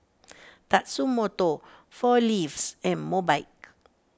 Tatsumoto four Leaves and Mobike